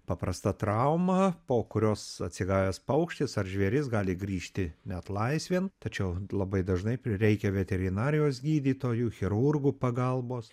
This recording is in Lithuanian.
paprasta trauma po kurios atsigavęs paukštis ar žvėris gali grįžti net laisvėn tačiau labai dažnai prireikia veterinarijos gydytojų chirurgų pagalbos